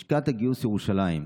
לשכת הגיוס ירושלים,